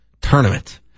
tournament